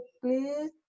please